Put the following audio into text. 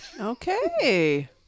Okay